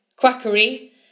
Quackery